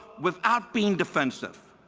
without being defensive.